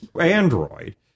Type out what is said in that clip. android